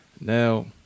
Now